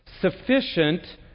sufficient